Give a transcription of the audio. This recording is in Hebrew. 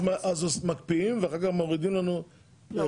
אז מקפיאים ואחר כך מורידים לנו חלק.